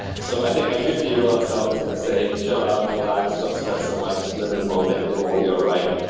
so i think my fifty year old self is going to say chill out, relax, don't stress so much, live in the moment. it will all be all right.